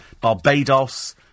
Barbados